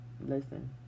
listen